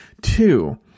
Two